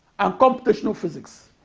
and computational physics.